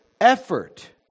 effort